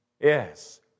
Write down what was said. Yes